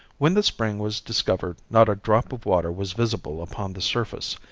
when the spring was discovered not a drop of water was visible upon the surface,